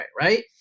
right